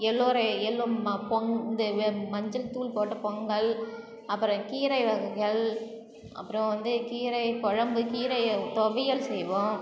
yellow ரை எல்லோ மா பொங் மஞ்சத்தூள் போட்ட பொங்கல் அப்புரோ கீரை வகைகள் அப்புறம் வந்து கீரை குழம்பு கீரையை துவையல் செய்வோம்